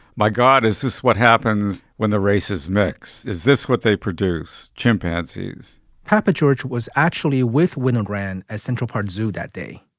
my god, is this what happens when the races mix? is this what they produce? chimpanzee's papageorge was actually with winogrand as central park zoo that day.